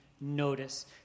notice